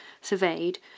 surveyed